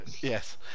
yes